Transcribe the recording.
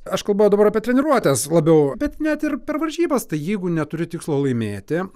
aš kalbu dabar apie treniruotes labiau bet net ir per varžybas tai jeigu neturi tikslo laimėti